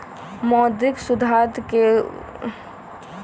मौद्रिक सुधार के उद्देश्य अर्थव्यवस्था में सुधार आनन्नाइ होइ छइ